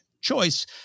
choice